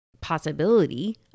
possibility